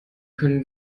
können